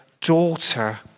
daughter